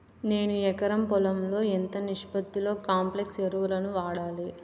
నేను ఎకరం పొలంలో ఎంత నిష్పత్తిలో కాంప్లెక్స్ ఎరువులను వాడాలి?